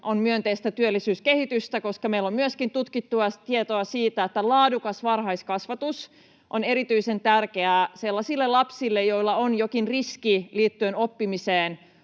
on myönteistä työllisyyskehitystä, koska meillä on myöskin tutkittua tietoa siitä, että laadukas varhaiskasvatus on erityisen tärkeää sellaisille lapsille, joilla on omissa taustatekijöissään